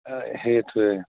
সেইটোৱে